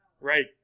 Right